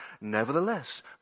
Nevertheless